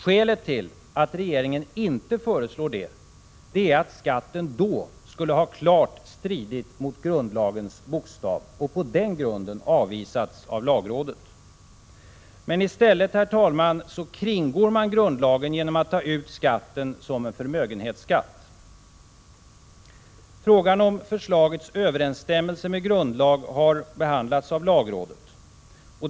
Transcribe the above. Skälet till att regeringen inte föreslår det är att skatten då skulle ha klart stridit mot grundlagens bokstav — och på den grunden avvisats av lagrådet. Istället, herr talman, kringgår man grundlagen genom att ta ut skatten som en förmögenhetsskatt. Frågan om förslagets överensstämmelse med grundlag har behandlats av lagrådet.